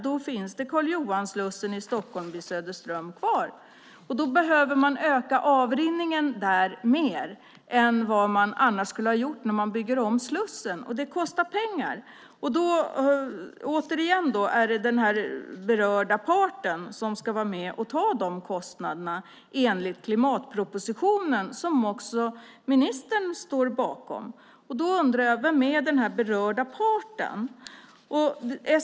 Då finns det bara Karl Johan-slussen vid Söderström i Stockholm. Avrinningen där behöver ökas mer än vad som annars skulle bli fallet när man bygger om Slussen, och det kostar pengar. Enligt klimatpropositionen, som också ministern står bakom, är det den berörda parten som ska vara med och ta de kostnaderna. Då undrar jag: Vem är denna berörda part?